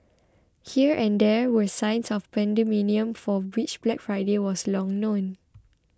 here and there were signs of pandemonium for which Black Friday was long known